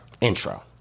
Intro